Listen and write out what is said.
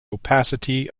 opacity